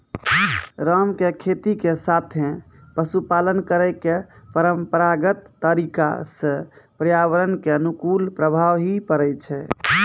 राम के खेती के साथॅ पशुपालन करै के परंपरागत तरीका स पर्यावरण कॅ अनुकूल प्रभाव हीं पड़ै छै